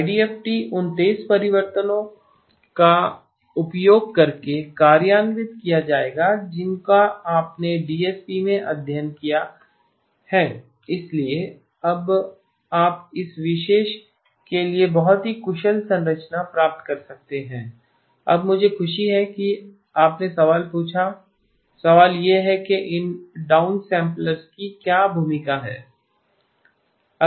IDFT उन तेज़ परिवर्तनों का उपयोग करके कार्यान्वित किया जाएगा जिनका आपने डीएसपी में अध्ययन किया है इसलिए आप इस विशेष के लिए बहुत ही कुशल संरचना प्राप्त कर सकते हैं अब मुझे खुशी है कि आपने सवाल पूछा सवाल यह है कि इन डाउन सैंपलर्स की क्या भूमिका है